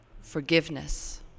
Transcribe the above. forgiveness